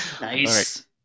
Nice